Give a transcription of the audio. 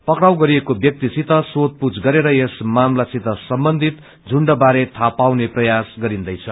पक्राउ गरिएको व्यक्तिसित सोधपूछ गरेर यस मामलासित सम्बन्धित सुण्डवारे थाहा पाउने प्रयास गरिन्दैछ